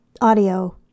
audio